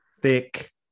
Thick